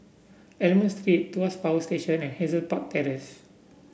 Almond Street Tuas Power Station and Hazel Park Terrace